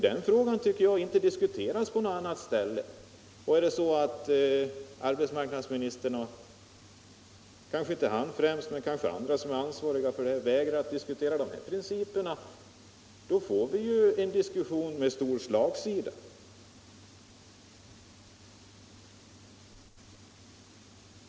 Den frågan diskuteras såvitt jag förstår inte på något annat ställe. Det är kanske Om bättre arbetsmiljö Om bättre arbetsmiljö inte främst arbetsmarknadsministern som är ansvarig för detta, men om de som är det vägrar att diskutera dessa principer, får vi en debatt med stor slagsida.